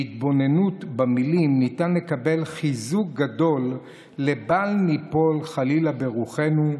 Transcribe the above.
בהתבוננות במילים ניתן לקבל חיזוק גדול לבל ניפול חלילה ברוחנו,